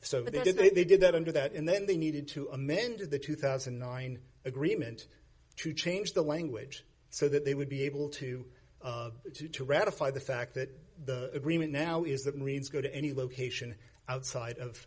so they did they did that under that and then they needed to amend the two thousand and nine agreement to change the language so that they would be able to do to ratify the fact that the agreement now is that marines go to any location outside of